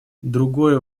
другой